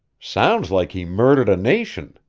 sounds like he murdered a nation!